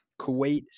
Kuwait